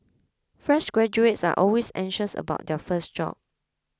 fresh graduates are always anxious about their first job